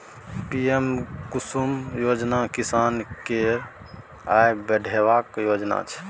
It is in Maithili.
पीएम कुसुम योजना किसान केर आय बढ़ेबाक योजना छै